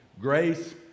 Grace